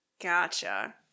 Gotcha